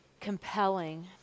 compelling